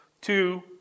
Two